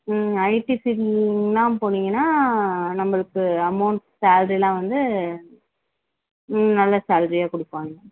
ID field எல்லாம் போனீங்கன்னா நம்பளுக்கு அமௌண்ட் சால்ரிலாம் வந்து நல்ல சால்ரியா கொடுப்பாங்க